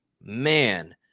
man